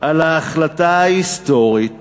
על ההחלטה ההיסטורית